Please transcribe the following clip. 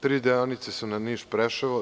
Tri deonice su na Niš–Preševo.